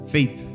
Faith